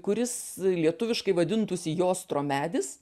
kuris lietuviškai vadintųsi jostro medis